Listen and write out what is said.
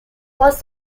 was